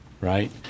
Right